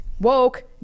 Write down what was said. Woke